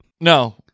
No